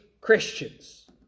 Christians